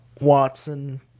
Watson